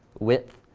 width,